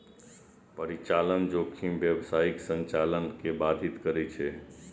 परिचालन जोखिम व्यावसायिक संचालन कें बाधित करै छै